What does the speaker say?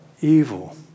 evil